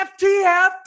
FTF